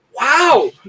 wow